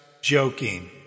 joking